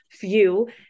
view